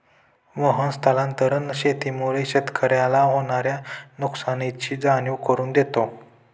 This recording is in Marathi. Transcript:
मोहन स्थानांतरण शेतीमुळे शेतकऱ्याला होणार्या नुकसानीची जाणीव करून देतो